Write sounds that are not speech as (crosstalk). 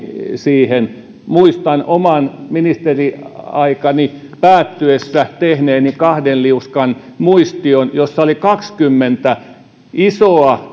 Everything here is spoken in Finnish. siihen muistan oman ministeriaikani päättyessä tehneeni kahden liuskan muistion jossa oli kaksikymmentä isoa (unintelligible)